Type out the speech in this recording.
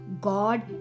God